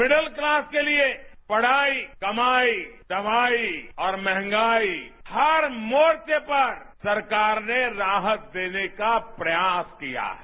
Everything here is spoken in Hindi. मिडल क्लॉस के लिए पढ़ाई कमाई दवाई और महंगाई हर मोर्च पर सरकार ने राहत देने का प्रयास किया है